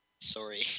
Sorry